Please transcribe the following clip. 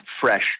fresh